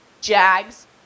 Jags